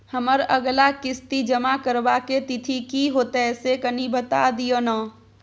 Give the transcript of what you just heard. हमर अगला किस्ती जमा करबा के तिथि की होतै से कनी बता दिय न?